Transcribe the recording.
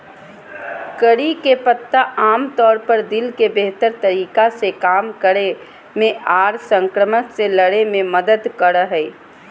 करी के पत्ता आमतौर पर दिल के बेहतर तरीका से काम करे मे आर संक्रमण से लड़े मे मदद करो हय